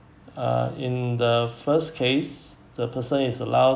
uh in the first case the person is allowed